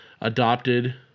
adopted